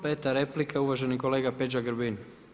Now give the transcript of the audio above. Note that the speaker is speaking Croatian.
Peta replika, uvaženi kolega Peđa Grbin.